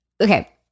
okay